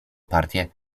partię